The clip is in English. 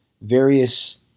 various